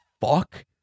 fuck